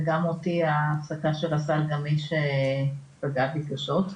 וגם בי ההפסקה של הסל פגעה קשות.